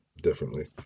differently